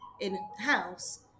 in-house